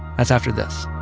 that's after this